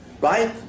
right